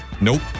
Nope